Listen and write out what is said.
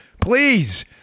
Please